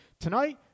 Tonight